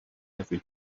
every